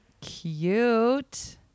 Cute